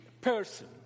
person